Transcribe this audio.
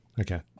Okay